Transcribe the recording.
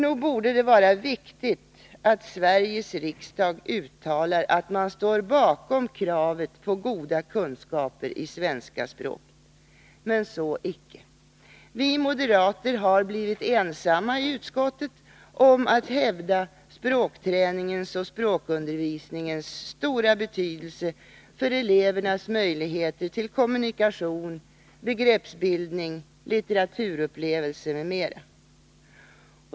Nog borde det vara viktigt att Sveriges riksdag uttalar att man står bakom kravet på goda kunskaper i svenska språket. Men så icke. Vi moderater har blivit ensamma i utskottet om att hävda språkträningens och språkundervisningens stora betydelse för elevernas möjligheter till kommunikation, begreppsbildning, litteraturupplevelse m.m.